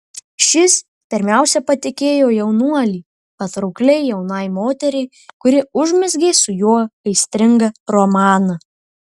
šis pirmiausia patikėjo jaunuolį patraukliai jaunai moteriai kuri užmezgė su juo aistringą romaną